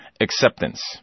acceptance